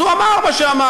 אז הוא אמר מה שאמר.